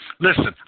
Listen